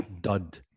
Dud